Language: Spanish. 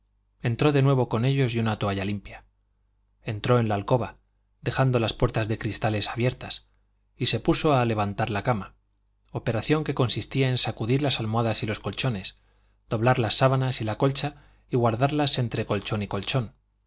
entró de nuevo con ellos y una toalla limpia entró en la alcoba dejando las puertas de cristales abiertas y se puso a levantar la cama operación que consistía en sacudir las almohadas y los colchones doblar las sábanas y la colcha y guardarlas entre colchón